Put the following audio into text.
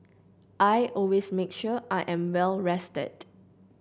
I always make sure I am well rested